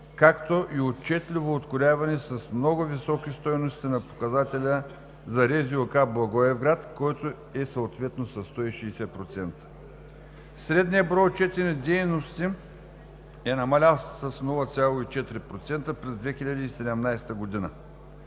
както и отчетливо открояване с много високи стойности на показателя за РЗОК – Благоевград, който е съответно със 160%. Средният брой отчетени дейности е намалял с 0,4% през 2017 г.